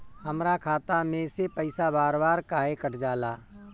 हमरा खाता में से पइसा बार बार काहे कट जाला?